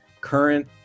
current